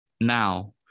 Now